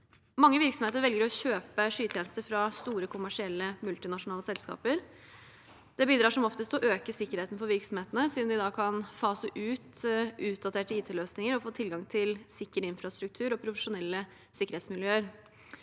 Mange virksomheter velger å kjøpe skytjenester fra store kommersielle, multinasjonale selskaper. Dette bidrar som oftest til å øke sikkerheten for virksomhetene, siden de da kan fase ut utdaterte IT-løsninger og få tilgang til sikker infrastruktur og profesjonelle sikkerhetsmiljøer.